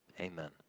amen